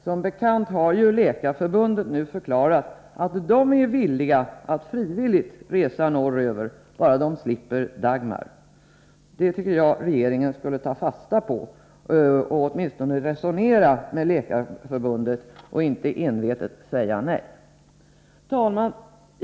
Som bekant har ju Läkarförbundet nu förklarat att läkarna är villiga att frivilligt resa norröver bara de slipper Dagmar. Det borde regeringen ta fasta på och åtminstone resonera med Läkarförbundet och inte envetet säga nej. Herr talman!